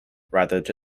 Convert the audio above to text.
rather